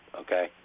okay